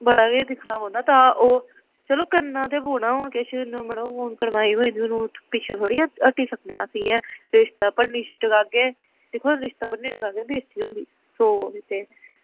बड़ा किश दिक्खना पौंदा तां ओह् चलो करना ते पौना हून किश मड़ो हून कड़माई होई दी हून पिच्छें थोह्ड़े हटी सकने अस इयां रिश्ता भन्नी टकाह्गे दिक्खो हां रिश्ता भन्नी टकाह्गे ते बेजती होंदी सौ होंदे